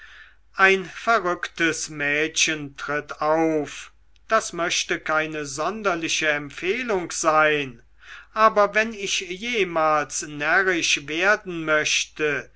ein verrücktes mädchen tritt auf das möchte keine sonderliche empfehlung sein aber wenn ich jemals närrisch werden möchte